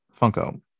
Funko